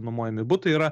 nuomojami butai yra